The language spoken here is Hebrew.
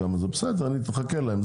אני מחכה להם,